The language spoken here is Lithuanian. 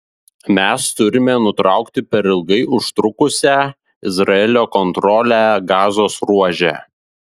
mes turime nutraukti per ilgai užtrukusią izraelio kontrolę gazos ruože